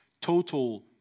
total